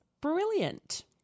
brilliant